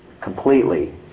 completely